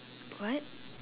what